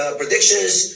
predictions